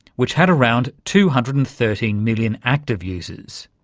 which had around two hundred and thirteen million active users.